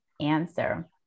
answer